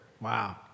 Wow